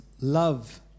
love